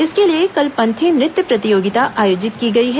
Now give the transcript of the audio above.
इसके लिए कल पंथी नृत्य प्रतियोगिता आयोजित की गई है